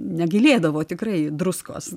negailėdavo tikrai druskos